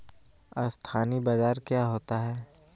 अस्थानी बाजार क्या होता है?